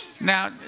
Now